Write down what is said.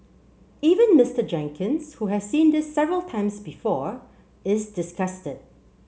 even Mister Jenkins who has seen this several times before is disgusted